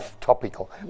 topical